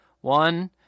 One